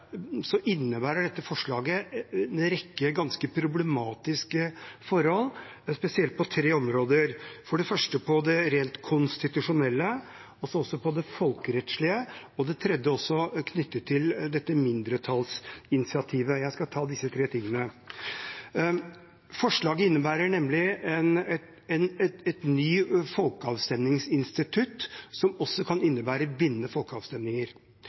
innebærer dette forslaget en rekke ganske problematiske forhold, spesielt på tre områder – for det første det rent konstitusjonelle, så det folkerettslige, og det tredje, som er knyttet til dette mindretallsinitiativet. Jeg skal ta for meg disse tre forholdene. Forslaget innebærer et nytt folkeavstemningsinstitutt som også kan innebære bindende folkeavstemninger.